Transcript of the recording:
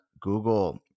Google